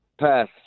Pass